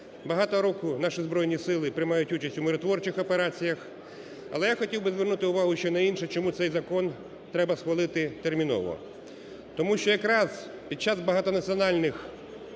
багато року наші Збройні сили приймають участь у миротворчих операціях. Але я хотів би звернути увагу ще на інше, чому цей закон треба схвалити терміново? Тому що якраз під час багатонаціональних